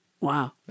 Wow